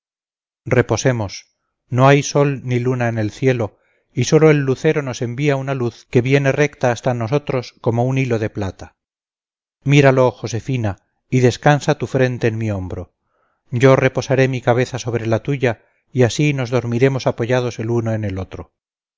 reposemos no hay sol ni luna en el cielo y sólo el lucero nos envía una luz que viene recta hasta nosotros como un hilo de plata míralo josefina y descansa tu frente en mi hombro yo reposaré mi cabeza sobre la tuya y así nos dormiremos apoyados el uno en el otro